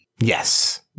yes